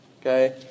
Okay